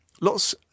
Lots